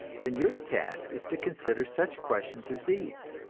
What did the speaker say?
then your task is to consider such questions as these